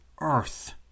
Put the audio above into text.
earth